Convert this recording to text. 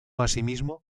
asimismo